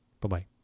Bye-bye